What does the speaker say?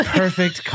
perfect